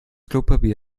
klopapier